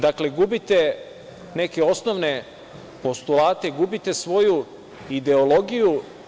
Dakle, gubite neke osnovne postulate, gubite svoju ideologiju.